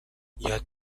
یاد